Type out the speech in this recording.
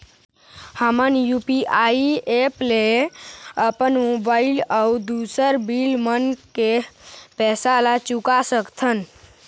हमन UPI app ले अपन मोबाइल अऊ दूसर बिल मन के पैसा ला चुका सकथन